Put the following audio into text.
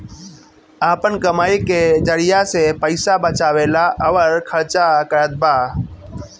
आपन कमाई के जरिआ से पईसा बचावेला अउर खर्चा करतबा